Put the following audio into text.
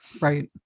Right